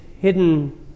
hidden